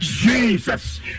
Jesus